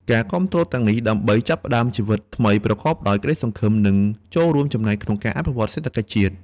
ការគាំទ្រទាំងនេះ ដើម្បីចាប់ផ្តើមជីវិតថ្មីប្រកបដោយក្តីសង្ឃឹម និងចូលរួមចំណែកក្នុងការអភិវឌ្ឍសេដ្ឋកិច្ចជាតិ។